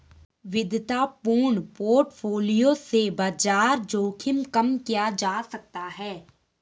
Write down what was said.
विविधतापूर्ण पोर्टफोलियो से बाजार जोखिम कम किया जा सकता है